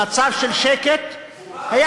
במצב של שקט, הוא בא.